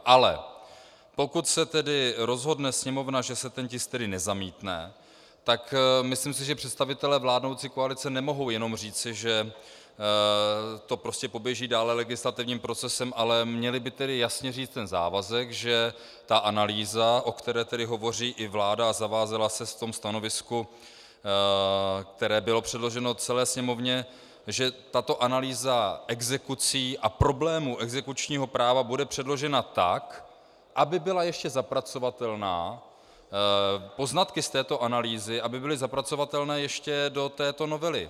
Ale pokud se tedy rozhodne Sněmovna, že se ten tisk nezamítne, tak si myslím, že představitelé vládnoucí koalice nemohou jenom říci, že to prostě poběží dále legislativním procesem, ale měli by tedy jasně říci závazek, že analýza, o které hovoří i vláda a zavázala se ve stanovisku, které bylo předloženo celé Sněmovně, že tato analýza exekucí a problémů exekučního práva bude předložena tak, aby byla ještě zapracovatelná, aby poznatky z této analýzy byly zapracovatelné ještě do této novely.